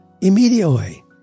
immediately